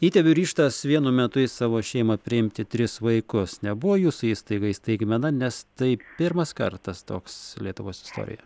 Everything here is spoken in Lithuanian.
įtėvių ryžtas vienu metu į savo šeimą priimti tris vaikus nebuvo jūsų įstaigai staigmena nes tai pirmas kartas toks lietuvos istorijoje